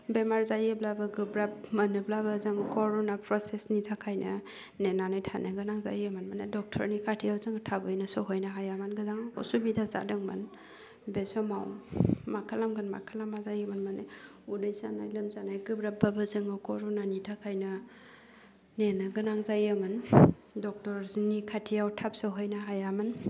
बेमार जायोब्लाबो गोब्राब मानोब्ला जों करुना प्रसेचनि थाखायनो नेनानै थानो गोनां जायोमोन माने डक्टरनि खाथियाव जोङो थाबैनो सहैनो हायामोन गोबां असुबिदा जादोंमोन बे समाव मा खालामगोन मा खालामा जायोमोन माने उदै सानाय लोमजानाय गोब्राब्बाबो जोङो करुनानि थाखायनो नेनो गोनां जायोमोन डक्टरनि खाथियाव थाब सौहैनो हायामोन